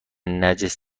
نجس